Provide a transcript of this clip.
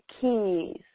keys